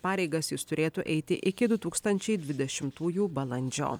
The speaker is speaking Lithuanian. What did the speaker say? pareigas jis turėtų eiti iki du tūkstančiai dvidešimtųjų balandžio